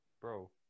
Bro